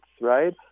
right